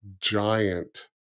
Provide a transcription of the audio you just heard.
giant